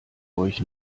euch